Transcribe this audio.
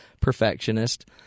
perfectionist